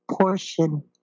portion